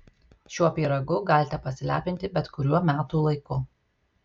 šiuo pyragu galite pasilepinti bet kuriuo metų laiku